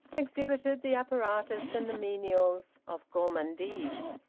exhibited the apparatus and the menials of gourmandise.